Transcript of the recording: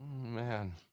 Man